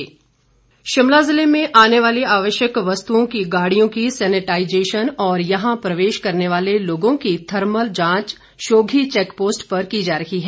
भारद्वाज शिमला जिले में आने वाली आवश्यक वस्तुओं की गाड़ियों की सैनेटाईजेशन और यहां प्रवेश करने वाले लोगों की थर्मल जांच शोधी चैकपोस्ट पर की जा रही है